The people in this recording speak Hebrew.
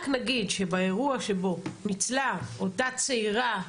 רק נגיד שבאירוע שבו ניצלה אותה צעירה,